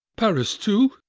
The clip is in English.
paris too?